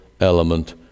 element